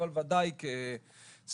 אבל וודאי כסביבתי.